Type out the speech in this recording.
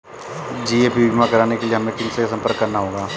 GAP बीमा कराने के लिए हमें किनसे संपर्क करना होगा?